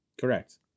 Correct